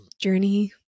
journey